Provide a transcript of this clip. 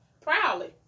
Proudly